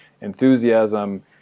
enthusiasm